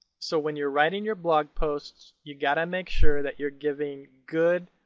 so when you're writing your blog posts you gotta make sure that you're giving good,